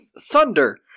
Thunder